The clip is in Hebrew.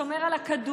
שומר על הכדור,